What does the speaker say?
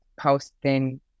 posting